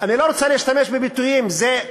אני לא רוצה להשתמש בביטויים, זה,